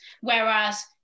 whereas